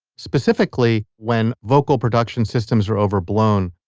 specifically when vocal production systems are overblown.